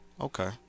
Okay